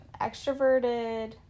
Extroverted